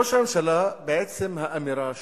ראש הממשלה, בעצם האמירה